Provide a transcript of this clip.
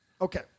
Okay